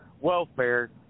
welfare